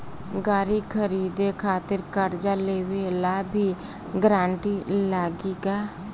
गाड़ी खरीदे खातिर कर्जा लेवे ला भी गारंटी लागी का?